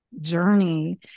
journey